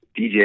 DJ